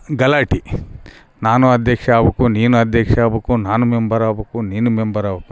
ಗಲಾಟೆ ನಾನು ಅಧ್ಯಕ್ಷ ಆಗ್ಬೇಕು ನೀನು ಅಧ್ಯಕ್ಷ ಆಗ್ಬೇಕು ನಾನು ಮೆಂಬರ್ ಆಗ್ಬೇಕು ನೀನು ಮೆಂಬರ್ ಆಗ್ಬೇಕು